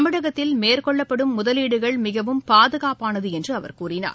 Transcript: தமிழகத்தில் மேற்கொள்ளப்படும் முதலீடுகள் மிகவும் பாதுகாப்பானது என்று அவர் கூறினார்